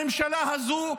בממשלה הזו,